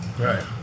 Right